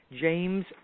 James